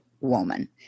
woman